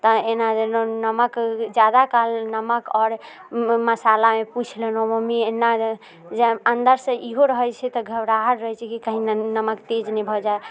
तऽ एना देलहुँ नमक जादा काल नमक आओर मसालामे पूछि लेलहुँ मम्मी एना अंदर से इहो रहैत छै तऽ घबराहट रहैत छै कि कहीँ नमक तेज नहि भऽ जाय